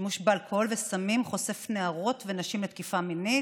שימוש באלכוהול וסמים חושף נערות ונשים לתקיפה מינית,